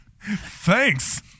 Thanks